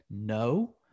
No